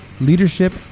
leadership